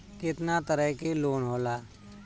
केतना तरह के लोन होला?